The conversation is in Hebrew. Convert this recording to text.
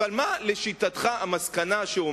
בל מה לשיטתך המסקנה?